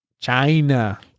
China